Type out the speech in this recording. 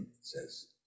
says